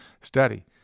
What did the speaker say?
study